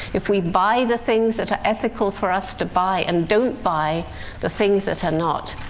if we buy the things that are ethical for us to buy and don't buy the things that are not,